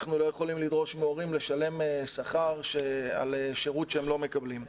אנחנו לא יכולים לדרוש מהורים לשלם שכר על שירות שהם לא מקבלים.